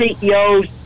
CEOs